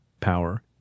power